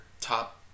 top